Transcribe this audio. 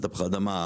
תפוחי אדמה,